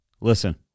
Listen